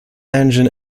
engine